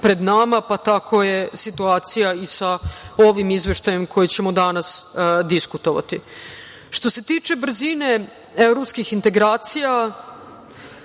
pa tako je situacija i sa ovim izveštajem o kojem ćemo danas diskutovati. Što se tiče brzine evropskih integracija